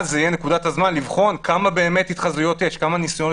אז זו תהיה נקודת הזמן לבחון כמה ניסיון התחזות יש.